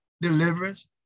deliverance